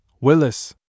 Willis